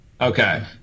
okay